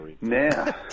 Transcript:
Now